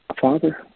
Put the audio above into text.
Father